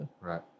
right